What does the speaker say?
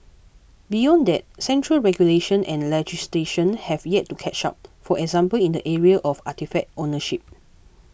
beyond that central regulation and legislation have yet to catch up for example in the area of artefact ownership